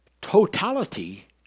totality